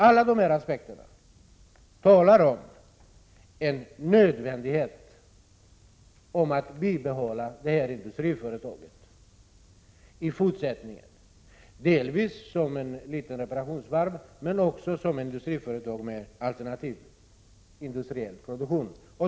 Alla dessa aspekter visar att det är nödvändigt att bibehålla det här industriföretaget i fortsättningen, delvis som ett litet reparationsvarv men också som ett industriföretag med alternativ industriell produktion.